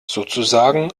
sozusagen